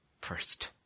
first